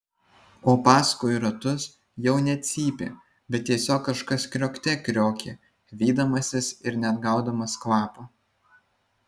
o paskui ratus jau ne cypė bet tiesiog kažkas kriokte kriokė vydamasis ir neatgaudamas kvapo